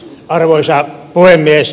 arvoisa puhemies